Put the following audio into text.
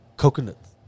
Coconuts